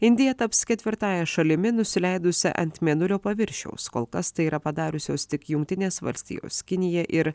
indija taps ketvirtąja šalimi nusileidusia ant mėnulio paviršiaus kol kas tai yra padariusios tik jungtinės valstijos kinija ir